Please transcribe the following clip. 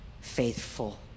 faithful